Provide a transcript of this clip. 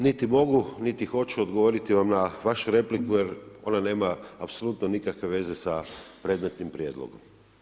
Niti mogu, niti hoću odgovoriti vam na vašu repliku jer ona nema apsolutno nikakve veze sa predmetnim prijedlogom.